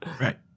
Right